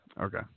Okay